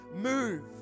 move